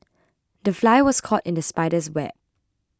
the fly was caught in the spider's web